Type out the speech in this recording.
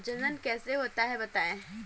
जनन कैसे होता है बताएँ?